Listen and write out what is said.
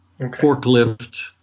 Forklift